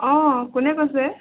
অঁ কোনে কৈছে